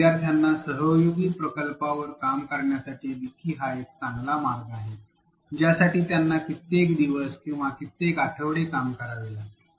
विद्यार्थ्यांना सहयोगी प्रकल्पावर काम करण्यासाठी विकी हा एक चांगला मार्ग आहे ज्यासाठी त्यांना कित्येक दिवस किंवा कित्येक आठवडे काम करावे लागेल